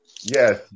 Yes